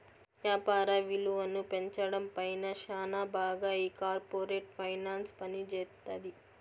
యాపార విలువను పెంచడం పైన శ్యానా బాగా ఈ కార్పోరేట్ ఫైనాన్స్ పనిజేత్తది